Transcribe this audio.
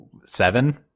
seven